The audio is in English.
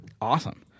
awesome